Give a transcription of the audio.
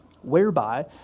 whereby